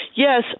Yes